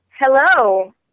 Hello